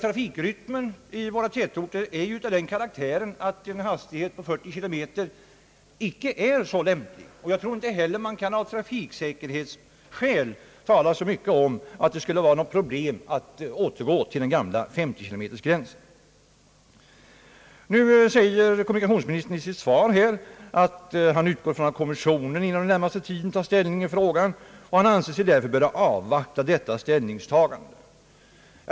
Trafikrytmen i våra tätorter är ju av den karaktären att en hastighet av 40 kilometer i timmen icke är så lämplig. Det torde inte heller av trafiksäkerhetsskäl vara något problem att återgå till den gamla 50-kilometersgränsen. Kommunikationsministern . säger i svaret att han utgår ifrån att kommissionen inom den närmaste tiden tar ställning i frågan, och han anser sig därför böra avvakta detta ställningstagande.